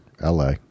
LA